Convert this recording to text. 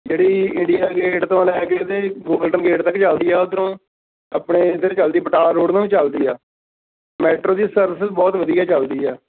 ਜਿਹੜੀ India Gate ਤੋਂ ਲੈ ਕੇ ਅਤੇ ਗੋਲਡਨ ਗੇਟ ਤੱਕ ਚੱਲਦੀ ਆ ਉੱਧਰੋਂ ਆਪਣੇ ਇੱਧਰ ਚੱਲਦੀ ਬਟਾਲਾ ਰੋਡ ਨੂੰ ਵੀ ਚੱਲਦੀ ਆ ਮੈਟਰੋ ਦੀ ਸਰਵਿਸ ਬਹੁਤ ਵਧੀਆ ਚੱਲਦੀ ਆ